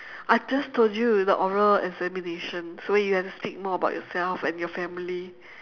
I just told you you know oral examination so you have to speak more about yourself and your family